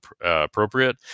appropriate